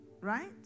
Right